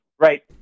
right